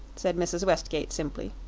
said mrs. westgate simply.